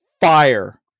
Fire